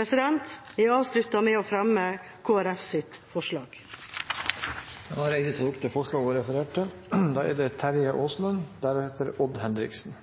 Jeg avslutter med å fremme Kristelig Folkepartis forslag. Representanten Rigmor Andersen Eide har tatt opp det forslaget hun refererte til.